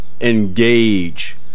engage